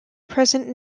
present